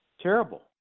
terrible